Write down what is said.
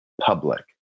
public